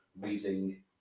reading